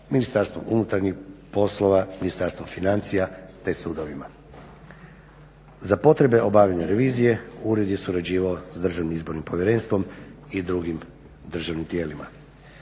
kriminaliteta, MUP, Ministarstvo financija te sudovima. Za potrebe obavljanja revizije ured je surađivao s Državnim izbornim povjerenstvom i drugim državnim tijelima.